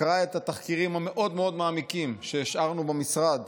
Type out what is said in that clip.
יקרא את התחקירים המאוד-מאוד מעמיקים שהשארנו במשרד